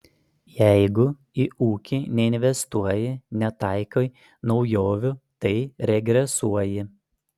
jeigu į ūkį neinvestuoji netaikai naujovių tai regresuoji